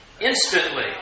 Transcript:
instantly